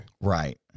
Right